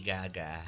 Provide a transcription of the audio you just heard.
Gaga